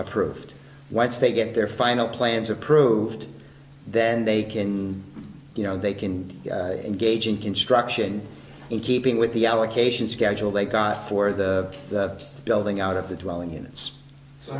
approved once they get their final plans approved then they can you know they can engage in construction in keeping with the allocation schedule they got for the building out of the well in units so